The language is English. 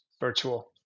virtual